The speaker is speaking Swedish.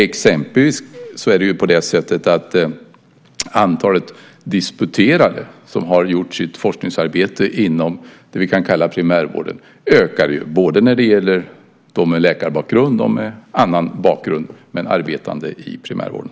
Exempelvis ökar antalet disputerade som har gjort sitt forskningsarbete inom det vi kan kalla för primärvården både när det gäller dem med läkarbakgrund och dem med annan bakgrund men som är arbetande i primärvården.